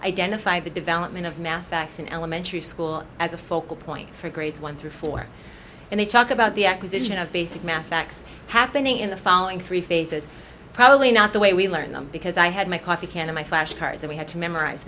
identified the development of math facts in elementary school as a focal point for grades one through four and they talk about the acquisition of basic math facts happening in the following three phases probably not the way we learn them because i had my coffee can and i flash cards we had to memorize